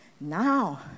Now